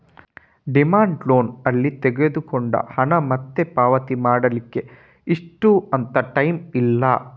demand loan ಅಲ್ಲಿ ತಗೊಂಡ ಹಣ ಮತ್ತೆ ಪಾವತಿ ಮಾಡ್ಲಿಕ್ಕೆ ಇಷ್ಟು ಅಂತ ಟೈಮ್ ಇಲ್ಲ